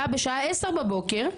באה בשעה 10 בבוקר,